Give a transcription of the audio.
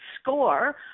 score